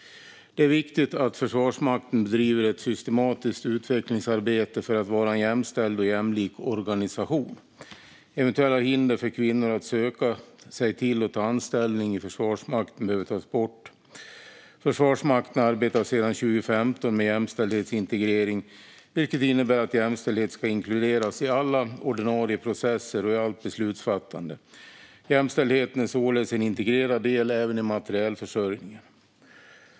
Svar på interpellationer Det är viktigt att Försvarsmakten bedriver ett systematiskt utvecklingsarbete för att vara en jämställd och jämlik organisation. Eventuella hinder för kvinnor att söka sig till och ta anställning i Försvarsmakten behöver tas bort. Försvarsmakten arbetar sedan 2015 med jämställdhetsintegrering, vilket innebär att jämställdhet ska inkluderas i alla ordinarie processer och i allt beslutsfattande. Jämställdhet är således en integrerad del även i materielförsörjningen.